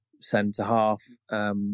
centre-half